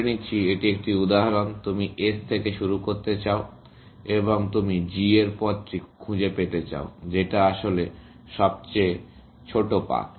ধরে নিচ্ছি এটি একটি উদাহরণ তুমি S থেকে শুরু করতে চাও এবং তুমি G এর পথটি খুঁজে পেতে চাও যেটা আসলে সবচেয়ে ছোট পথ